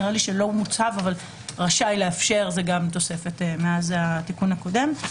נראה לי שרשאי לאפשר זו גם תוספת מאז התיקון הקודם.